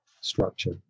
structure